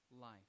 life